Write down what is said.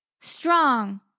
Strong